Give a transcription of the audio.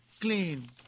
clean